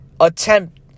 attempt